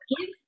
Give